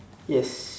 yes